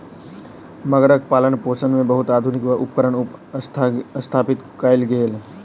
मगरक पालनपोषण मे बहुत आधुनिक उपकरण स्थापित कयल गेल